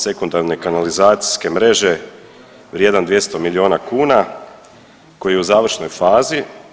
Sekundarne kanalizacijske mreže vrijedan 200 milijuna kuna koji je u završnoj fazi.